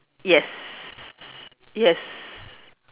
yes yes